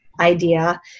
idea